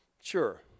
sure